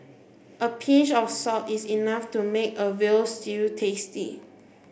a pinch of salt is enough to make a veal stew tasty